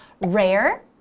rare